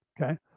Okay